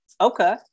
Okay